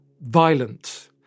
violent